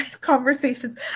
conversations